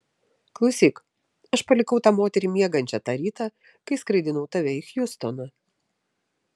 klausyk aš palikau tą moterį miegančią tą rytą kai skraidinau tave į hjustoną